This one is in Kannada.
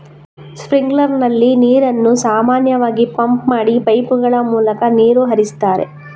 ಸ್ಪ್ರಿಂಕ್ಲರ್ ನಲ್ಲಿ ನೀರನ್ನು ಸಾಮಾನ್ಯವಾಗಿ ಪಂಪ್ ಮಾಡಿ ಪೈಪುಗಳ ಮೂಲಕ ನೀರು ಹರಿಸ್ತಾರೆ